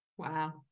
Wow